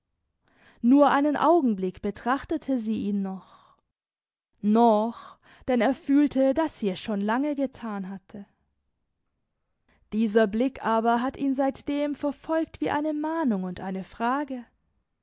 nur einen augenblick betrachtete sie ihn noch noch denn er fühlte daß sie es schon lange getan hatte dieser blick aber hat ihn seitdem verfolgt wie eine mahnung und eine frage